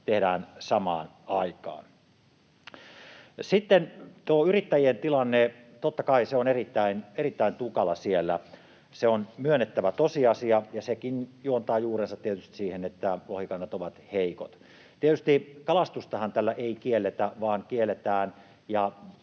tehdään samaan aikaan. Sitten tuo yrittäjien tilanne: Totta kai se on erittäin tukala siellä. Se on myönnettävä tosiasia. Ja sekin juontaa juurensa tietysti siihen, että lohikannat ovat heikot. Tietysti kalastustahan tällä ei kielletä, vaan halutaan